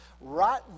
Right